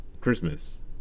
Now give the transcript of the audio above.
Christmas